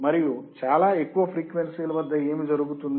మరియు చాలా ఎక్కువ ఫ్రీక్వెన్సీ ల వద్ద ఏమి జరుగుతుంది